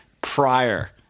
prior—